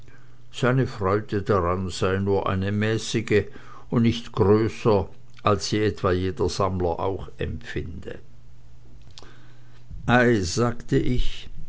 seine freude daran sei nur eine mäßige und nicht größer als sie etwa jeder sammler auch empfinde ei sagte ich